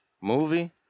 Movie